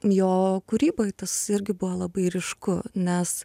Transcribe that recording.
jo kūryboj tas irgi buvo labai ryšku nes